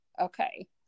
okay